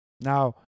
Now